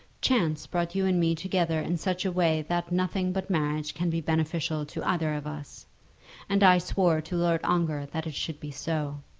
chance brought you and me together in such a way that nothing but marriage can be beneficial to either of us and i swore to lord ongar that it should be so.